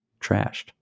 trashed